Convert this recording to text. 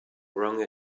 wrong